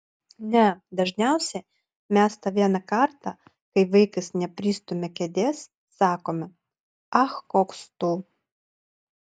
ne dažniausiai mes tą vieną kartą kai vaikas nepristumia kėdės sakome ach koks tu